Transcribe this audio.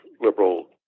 liberal